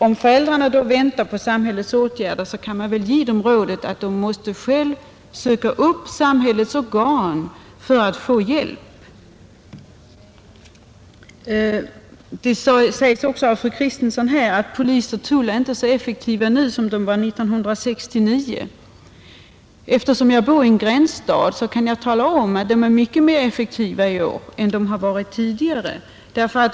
Om föräldrarna väntar på samhällets åtgärder kan man väl ge dem rådet att de själva måste söka upp samhällets organ för att få hjälp. Fru Kristensson har också sagt att polis och tull inte är så effektiva nu som de var 1969. Eftersom jag bor i en gränsstad kan jag tala om att de är mycket effektivare i år än de varit tidigare.